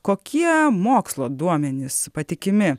kokie mokslo duomenys patikimi